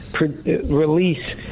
release